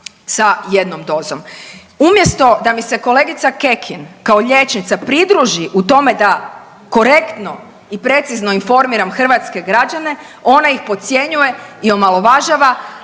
sa jednom dozom. Umjesto da mi se kolegica Kekin kao liječnica pridruži u tome da korektno i precizno informiram hrvatske građane ona ih podcjenjuje i omalovažava